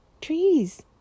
trees